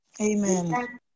Amen